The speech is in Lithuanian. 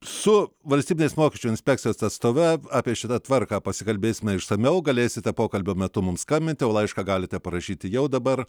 su valstybinės mokesčių inspekcijos atstove apie šitą tvarką pasikalbėsime išsamiau galėsite pokalbio metu mums skambinti o laišką galite parašyti jau dabar